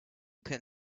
can